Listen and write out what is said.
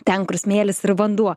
ten kur smėlis ir vanduo